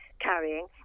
carrying